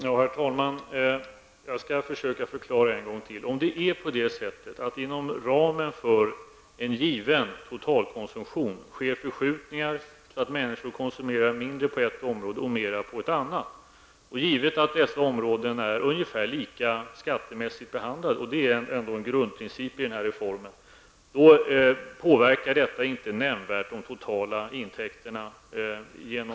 Herr talman! Jag skall försöka förklara det hela en gång till. Om det är på det sättet att det inom ramen för en given totalkonsumtion sker förskjutningar, så att människor konsumerar mindre på ett område och mera på ett annat -- och det är givet att dessa områden är ungefär lika behandlade skattemässigt, och det är ändå en grundprincip i reformen -- påverkar skattereformens finansiering inte nämnvärt de totala intäkterna.